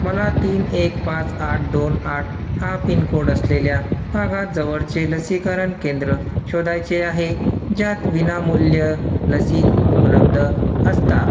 मला तीन एक पाच आठ दोन आठ हा पिनकोड असलेल्या भागात जवळचे लसीकरण केंद्र शोधायचे आहे ज्यात विनामूल्य लसी उपलब्ध असतात